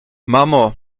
mamo